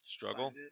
Struggle